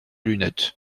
lunettes